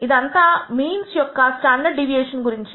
ఇదంతా మీన్స్ యొక్క standard deviation గురించి